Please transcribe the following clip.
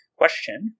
question